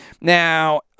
Now